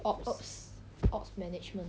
ops ops management